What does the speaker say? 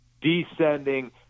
descending